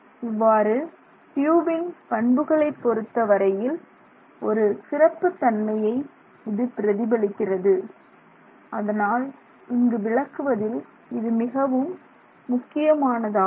இவ்வாறு ட்யூபின் பண்புகளைப் பொருத்தவரையில் ஒரு சிறப்புத் தன்மையை இது பிரதிபலிக்கிறது அதனால் இங்கு விளக்குவதில் இது மிகவும் முக்கியமானதாகும்